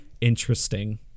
interesting